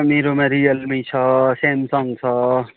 मेरोमा रियलमी छ सेमसङ छ